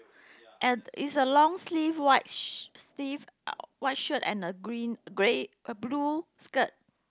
and is a long sleeve white sh~ sleeve uh white shirt and a green grey uh blue skirt